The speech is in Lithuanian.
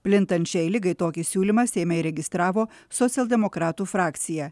plintant šiai ligai tokį siūlymą seime įregistravo socialdemokratų frakcija